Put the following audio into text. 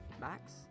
Max